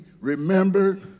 remembered